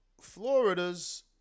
Florida's